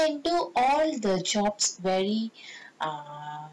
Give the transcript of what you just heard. I can do all the jobs very err